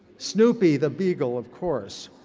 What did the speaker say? snoopy, the beagle, of course.